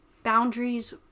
boundaries